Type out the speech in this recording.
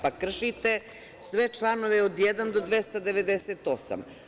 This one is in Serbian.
Pa, kršite sve članove, od 1. do 298.